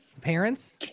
parents